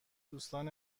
دوستان